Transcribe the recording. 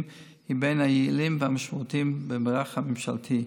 הוא בין היעילים והמשמעותיים במערך הממשלתי.